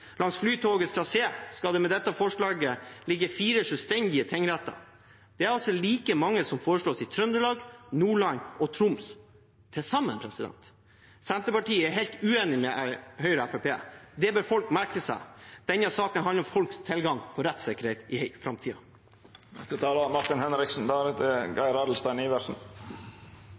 Langs flytogets trasé skal det med dette forslaget ligge fire selvstendige tingretter. Det er like mange som det foreslås i Trøndelag, Nordland og Troms til sammen. Senterpartiet er helt uenig med Høyre og Fremskrittspartiet. Det bør folk merke seg. Denne saken handler om folks tilgang på rettssikkerhet i